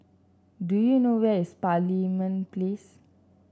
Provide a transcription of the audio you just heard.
do you know where is Parliament Place